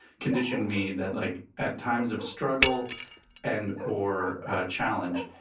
conditioned me that like at times of struggle and or challenge.